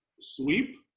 sweep